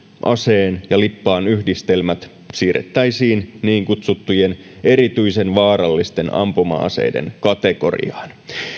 aseen ja lippaan yhdistelmät siirrettäisiin niin kutsuttujen erityisen vaarallisten ampuma aseiden kategoriaan